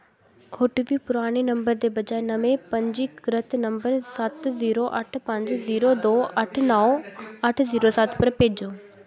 OTP पुराने number दे बजाए नमें पंजीकृत नंबर सत्त जीरो अट्ठ पंज जीरो दो अट्ठ नौ अट्ठ जीरो सत्त पर भेजो